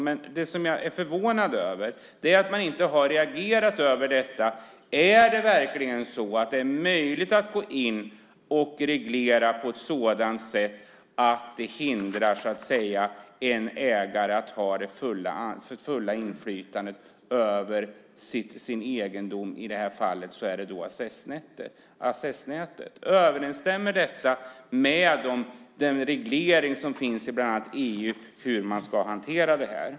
Men det som jag är förvånad över är att man inte har reagerat över om det verkligen är möjligt att gå in och reglera på ett sådant sätt att det hindrar en ägare att ha det fulla inflytandet över sin egendom, i det här fallet accessnätet. Överensstämmer detta med den reglering som finns i bland annat EU av hur man ska hantera det här?